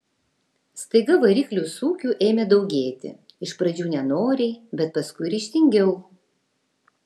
staiga variklių sūkių ėmė daugėti iš pradžių nenoriai bet paskui ryžtingiau